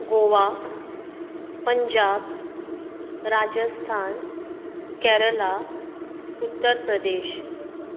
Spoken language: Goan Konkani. गोवा पंजाब राजस्थान केरळा उत्तर प्रदेश